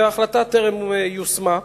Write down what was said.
וההחלטה טרם יושמה.